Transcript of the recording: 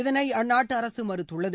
இதனை அந்நாட்டு அரசு மறுத்துள்ளது